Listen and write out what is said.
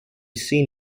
seen